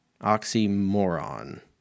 Oxymoron